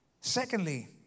Secondly